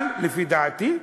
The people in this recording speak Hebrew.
אבל לפי דעתי,